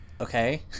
Okay